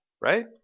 right